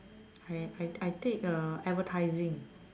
I I I take uh advertising